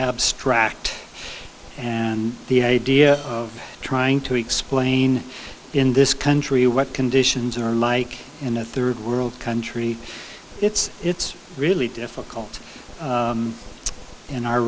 abstract and the idea of trying to explain in this country what conditions are like in a third world country it's it's really difficult in our